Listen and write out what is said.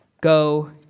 go